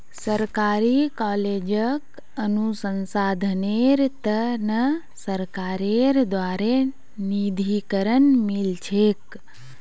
सरकारी कॉलेजक अनुसंधानेर त न सरकारेर द्बारे निधीकरण मिल छेक